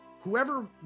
Whoever